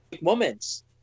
moments